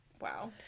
Wow